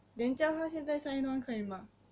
then 叫他现在 sign on 可以吗